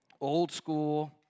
old-school